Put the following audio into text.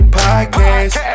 podcast